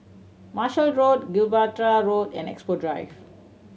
Marshall Road Gibraltar Road and Expo Drive